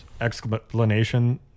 explanation